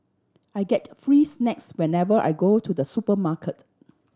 I get free snacks whenever I go to the supermarket